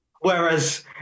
Whereas